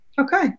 Okay